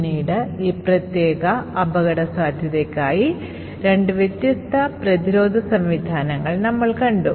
പിന്നീട് ഈ പ്രത്യേക അപകടസാധ്യതയ്ക്കായി രണ്ട് വ്യത്യസ്ത പ്രതിരോധ സംവിധാനങ്ങൾ നമ്മൾ കണ്ടു